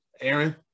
Aaron